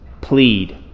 Plead